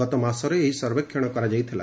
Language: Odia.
ଗତମାସରେ ଏହି ସର୍ବେକ୍ଷଣ କରାଯାଇଥିଲା